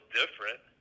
different